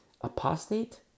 apostate